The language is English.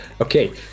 okay